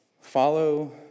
follow